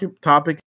topic